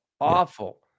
awful